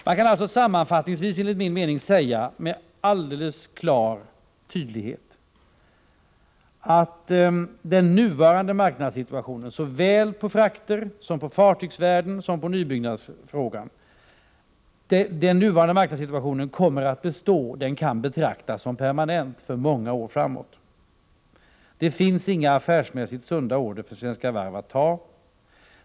Man kan alltså sammanfattningsvis enligt min mening säga att det är alldeles klart och tydligt att den nuvarande marknadssituationen såväl när det gäller frakter som när det gäller fartygsvärden och nybyggnadssituationen kommer att bestå; den kan betraktas som permanent för många år framåt. Det finns inga affärsmässigt sunda order för Svenska Varv att ta.